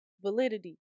Validity